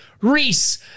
Reese